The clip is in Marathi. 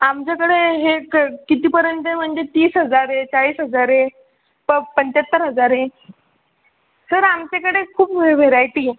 आमच्याकडे हे क कितीपर्यंत आहे म्हणजे तीस हजार आहे चाळीस हजार आहे प पंच्याहत्तर हजार आहे सर आमच्याकडे खूप व्हे व्हेरायटी आहे